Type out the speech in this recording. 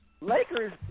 Lakers